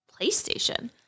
PlayStation